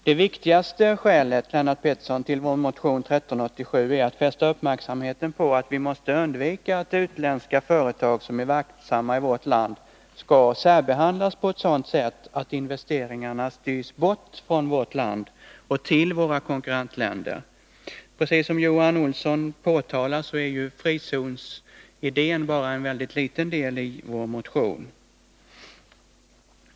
Det viktigaste skälet, Lennart Pettersson, till motionen är att vi vill fästa uppmärksamheten på att det måste undvikas att utländska företag som är verksamma i Sverige skall särbehandlas på ett sådant sätt att investeringarna styrs bort från vårt land och till våra konkurrentländer. Precis som Johan Olsson påpekade är frizonsidén en väldigt liten del av vår motion.